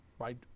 right